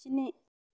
स्नि